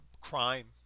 crime